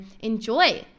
enjoy